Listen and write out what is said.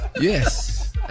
Yes